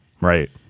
Right